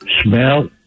Smell